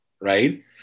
right